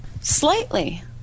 Slightly